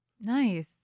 Nice